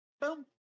boom